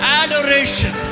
adoration